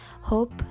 hope